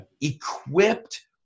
equipped